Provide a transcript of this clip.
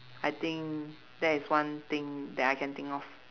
I think that is one thing that I can think of